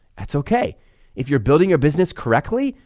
that's okay if you're building your business correctly,